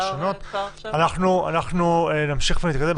אנחנו נמשיך ונתקדם.